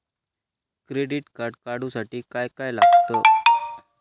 Credit card काढूसाठी काय काय लागत?